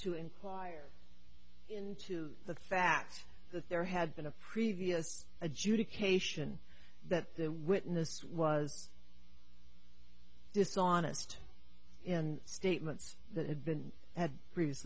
to inquire into the fact that there had been a previous adjudication that their witness was dishonest and statements that had been had previous